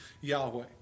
Yahweh